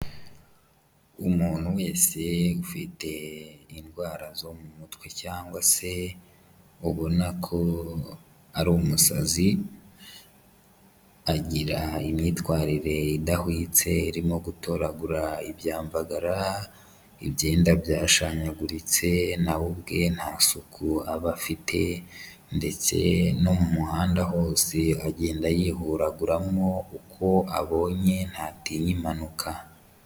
Umuntu wese ufite indwara zo mu mutwe cyangwa se ubona ko ari umusazi, agira imyitwarire idahwitse irimo gutoragura ibyamvagara, ibyenda byashyaguritse na we ubwe nta suku aba afite ndetse no mu muhanda hose agenda yihuraguramo uko abonye ntatinya impanuka.